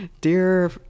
dear